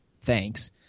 Thanks